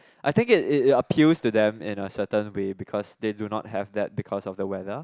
I think it it it appeals to them in a certain way because they do not have that because of the weather